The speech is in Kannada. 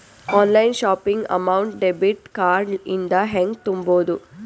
Online shopping amount debit card ಇಂದ ಹೆಂಗ್ ತುಂಬೊದು?